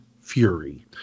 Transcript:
Fury